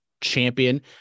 champion